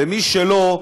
ומי שלא,